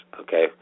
okay